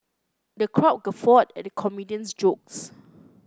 the crowd guffawed at the comedian's jokes